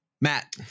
Matt